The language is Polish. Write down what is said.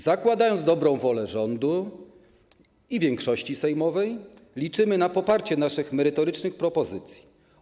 Zakładając dobrą wolę rządu i większości sejmowej, liczymy na poparcie naszych merytorycznych propozycji.